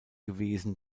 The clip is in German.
gewesen